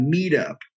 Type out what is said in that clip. Meetup